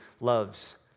loves